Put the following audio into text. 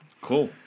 Cool